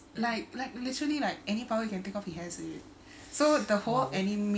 like like literally like any power you can think of he has it so the whole anime